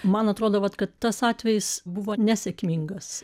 man atrodo vat kad tas atvejis buvo nesėkmingas